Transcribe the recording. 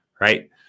right